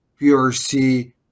PRC